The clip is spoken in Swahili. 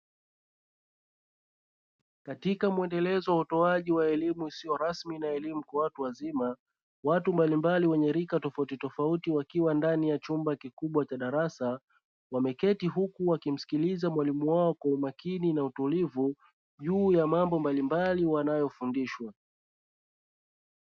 Katika muendelezo wa utoaji wa elimu isiyo rasmi na elimu kwa watu wazima, watu mbalimbali wenye rika tofautitofauti, wakiwa ndani ya chumba kikubwa cha darasa, wameketi huku wakimsikiliza mwalimu wao kwa umakini na utulivu, juu ya mambo mbalimbali wanayofundishwa.